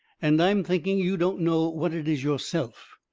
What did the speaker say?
and i'm thinking you don't know what it is yourself.